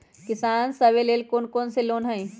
किसान सवे लेल कौन कौन से लोने हई?